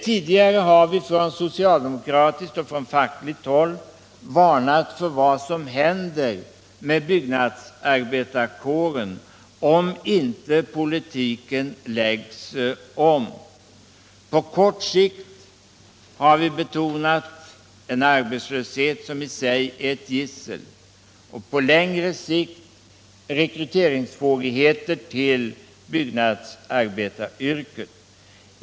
Tidigare har vi från socialdemokratiskt och från fackligt håll varnat för vad som händer med byggnadsarbetarkåren, om inte politiken läggs om. På kort sikt, har vi betonat: en arbetslöshet som i sig är ett gissel. På längre sikt: tekryteringssvårigheter till byggnadsarbetaryrket.